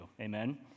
amen